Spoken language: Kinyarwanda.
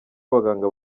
abaganga